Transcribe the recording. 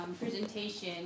presentation